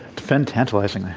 defend tantalizing?